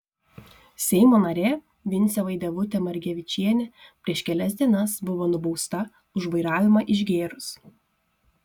seimo narė vincė vaidevutė margevičienė prieš kelias dienas buvo nubausta už vairavimą išgėrus